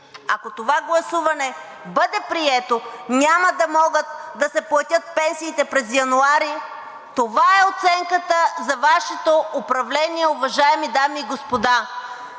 ако това гласуване бъде прието, няма да могат да се платят пенсиите през януари. Това е оценката за Вашето управление, уважаеми дами и господа!